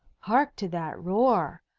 hark to that roar!